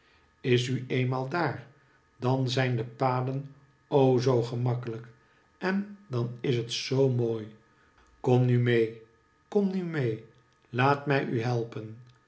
is u eenmaal daar dan zijn de paden o zoo gemakkelijk en dan is het zoo mooi kom nu mee kom nu mee laat mij u helpen